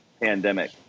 pandemic